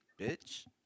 bitch